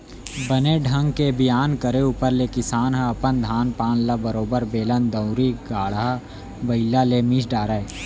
बने ढंग के बियान करे ऊपर ले किसान ह अपन धान पान ल बरोबर बेलन दउंरी, गाड़ा बइला ले मिस डारय